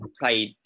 played